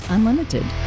Unlimited